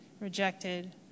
rejected